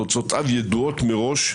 תוצאותיו ידועות מראש,